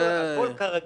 הכל כרגיל.